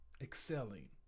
excelling